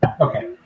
Okay